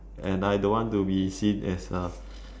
and I don't want to be seen as a